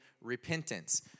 repentance